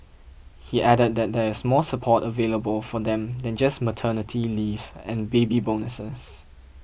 he added that there is more support available for them than just maternity leave and baby bonuses